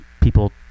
people